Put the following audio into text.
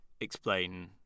explain